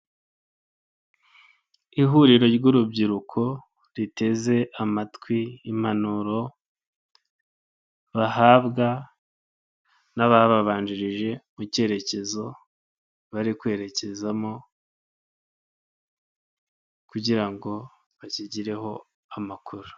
Ihuriro ry'urubyiruko riteze amatwi impanuro bahabwa n'abababanjirije mu cyerekezo bari kwerekezamo, kugira ngo bazigireho amakuru.